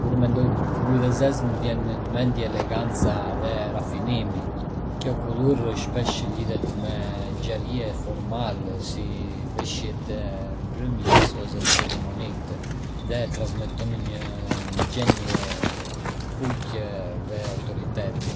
Kur mendoj për kulur e zezë, më vjen në mendje eleganca dhe rafinimi. Kjo ngjyrë shpesh lidhet me ngjarje formale, si veshjet e mbrëmjes ose ceremonitë, dhe transmeton një ndjenjë fuqie dhe autoriteti.